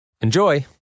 Enjoy